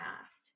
past